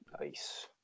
Nice